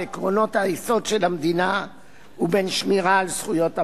עקרונות היסוד של המדינה ובין שמירה על זכויות הפרט.